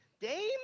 Dame